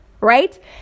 right